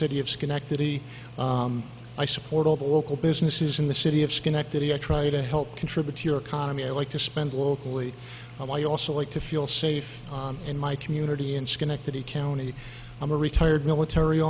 city of schenectady i support all the local businesses in the city of schenectady i try to help contribute to your economy i like to spend locally but i also like to feel safe in my community in schenectady county i'm a retired military